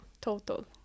total